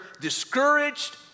discouraged